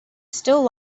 still